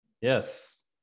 Yes